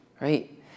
Right